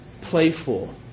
playful